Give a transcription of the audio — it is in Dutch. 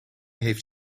heeft